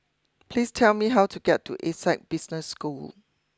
please tell me how to get to Essec Business School